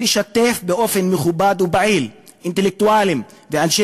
לשתף באופן מכובד ופעיל אינטלקטואלים ואנשי